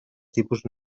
tipus